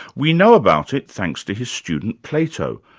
we know about it, thanks to his student plato,